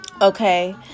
Okay